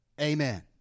Amen